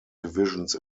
divisions